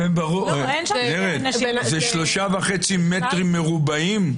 זה 3.5 מ"ר,